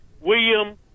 William